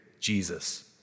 Jesus